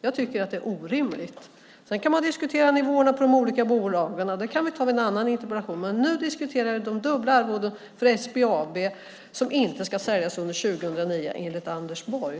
Jag tycker att det är orimligt. Sedan kan man diskutera nivåerna på de olika bolagen. Det kan vi ta vid en annan interpellationsdebatt, men nu diskuterar vi de dubbla arvodena för SBAB, som inte ska säljas under 2009, enligt Anders Borg.